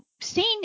seen